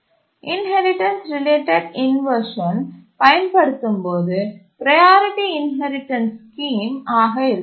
inheritance related inversion பயன்படுத்தும் போது priority inheritance scheme ஆக இருக்கலாம்